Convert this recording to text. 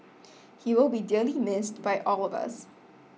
he will be dearly missed by all of us